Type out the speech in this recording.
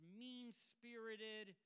mean-spirited